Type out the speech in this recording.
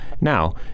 Now